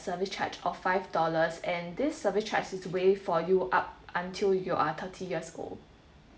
service charge of five dollars and this service charge is way for you up until you are thirty years old